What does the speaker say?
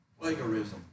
plagiarism